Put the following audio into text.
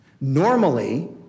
Normally